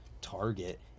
target